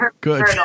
good